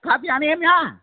coffee आनयामि वा